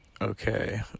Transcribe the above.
okay